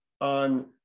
on